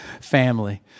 Family